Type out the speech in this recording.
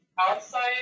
outside